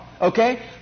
Okay